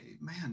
man